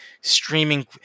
streaming